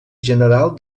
general